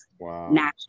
Wow